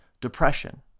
depression